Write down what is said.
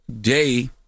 day